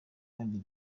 kandi